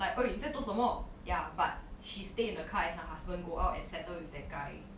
like !oi! 你在做什么 yeah but she stay in the car and her husband go out and settle with that guy